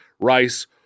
rice